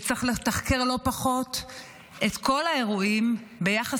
וצריך לתחקר לא פחות את כל האירועים ביחס